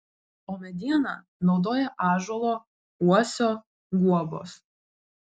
o medieną naudoja ąžuolo uosio guobos